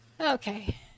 Okay